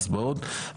עכשיו אנחנו ננהל